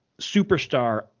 superstar